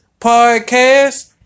podcast